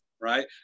Right